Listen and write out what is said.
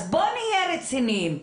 אז בוא נהיה רציניים.